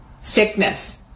Sickness